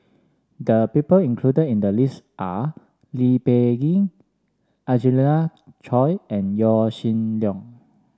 people included in the list are Lee Peh Gee Angelina Choy and Yaw Shin Leong